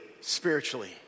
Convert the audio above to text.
spiritually